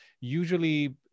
usually